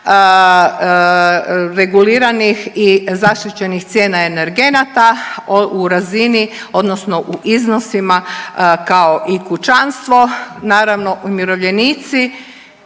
reguliranih i zaštićenih cijena energenata u razini odnosno u iznosima kao i kućanstvo. Naravno umirovljenici,